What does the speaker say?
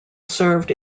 served